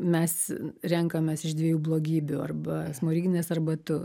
mes renkamės iš dviejų blogybių arba smoriginas arba tu